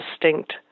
distinct